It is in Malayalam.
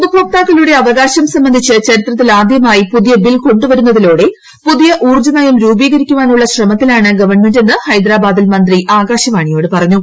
ഉപഭോക്താക്കളുടെ അവകാശം സംബന്ധിച്ച് ചരിത്രത്തിലാദ്യമായി പുതിയ ബ്ബിൽ കൊ ുവരുന്നതിലൂടെ പുതിയ ഊർജ്ജനയം രൂപീകരിക്കുപ്പാനുള്ള ശ്രമത്തിലാണ് ഗവൺമെന്റെന്ന് ഹൈദരാബാദിൽ മുന്തി ആകാശവാണിയോട് പറഞ്ഞു